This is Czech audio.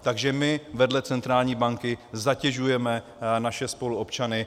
Takže my, vedle centrální banky, zatěžujeme naše spoluobčany.